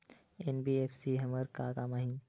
NBFC हमर का काम आही?